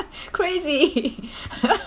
crazy